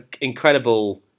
incredible